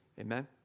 Amen